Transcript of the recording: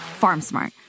FarmSmart